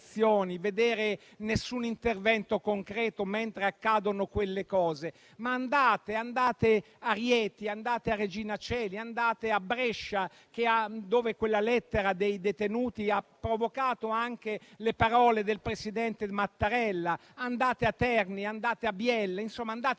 e nessun intervento concreto, mentre accadono quelle cose. Andate a Rieti, andate al Regina Coeli, andate a Brescia, dove quella lettera dei detenuti ha provocato anche le parole del presidente Mattarella; andate a Terni, andate a Biella; insomma andate